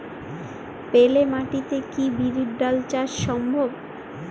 বেলে মাটিতে কি বিরির ডাল চাষ সম্ভব?